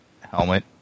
helmet